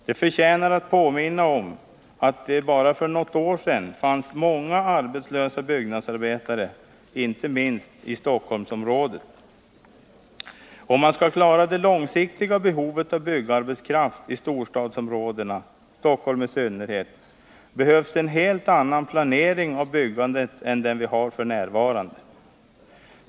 Det förtjänar att påminnas om att det bara för några år sedan fanns många arbetslösa byggnadsarbetare, inte minst i Stockholmsområdet. Om man skall klara det långsiktiga behovet av byggarbetskraft i storstadsområdena — Stockholm i synnerhet — behövs en helt annan planering av byggandet än den vi har f. n.